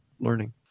learning